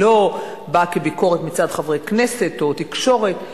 היא לא באה כביקורת מצד חברי כנסת או תקשורת,